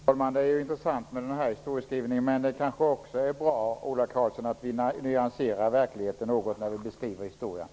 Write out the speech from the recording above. Herr talman! Historieskrivningen är intressant. Men det är kanske också bra, Ola Karlsson, att vi nyanserar verkligheten något när vi beskriver historien.